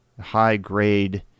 high-grade